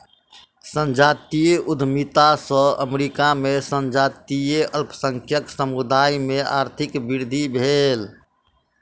संजातीय उद्यमिता सॅ अमेरिका में संजातीय अल्पसंख्यक समुदाय में आर्थिक वृद्धि भेल